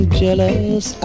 jealous